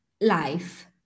life